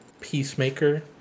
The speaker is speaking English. Peacemaker